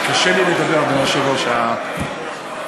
קשה לי לדבר, אדוני היושב-ראש, הרעשים.